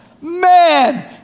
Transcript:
man